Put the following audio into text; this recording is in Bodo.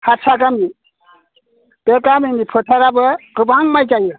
हारसा गामि बे गामिनि फोथाराबो गोबां माइ जायो